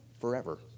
forever